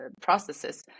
processes